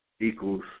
equals